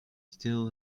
still